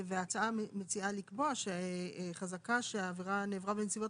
וההצעה מציעה לקבוע שחזקה שהעבירה נעברה בנסיבות